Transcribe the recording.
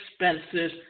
expenses